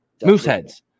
Mooseheads